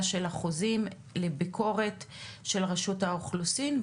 של החוזים לביקורת של רשות האוכלוסין.